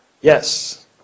Yes